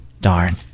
Darn